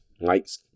likes